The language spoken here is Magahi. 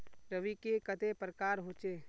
रवि के कते प्रकार होचे?